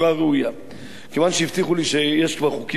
כיוון שהבטיחו לי שיש כבר חוקים דומים והחוק